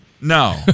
No